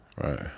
right